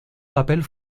papel